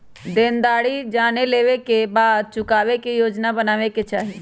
देनदारी जाने लेवे के बाद चुकावे के योजना बनावे के चाहि